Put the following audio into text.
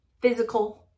physical